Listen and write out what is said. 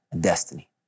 destiny